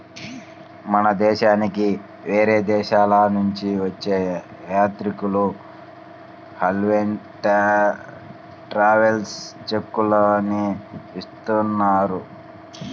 మన దేశానికి వేరే దేశాలనుంచి వచ్చే యాత్రికులు ట్రావెలర్స్ చెక్కులనే ఇస్తున్నారు